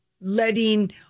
letting